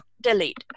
Delete